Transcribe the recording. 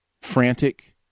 frantic